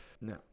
No